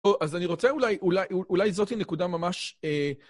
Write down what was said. אז אני רוצה אולי, אולי זאת נקודה ממש...